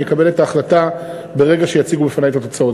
אני אקבל את ההחלטה ברגע שיציגו בפני את התוצאות.